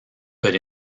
but